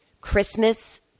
Christmas